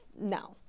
No